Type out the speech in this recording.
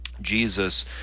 jesus